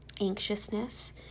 anxiousness